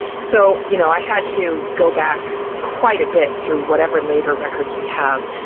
so you know i had to go back quite a bit through whatever labor records we have.